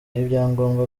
ibyangombwa